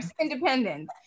independent